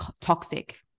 toxic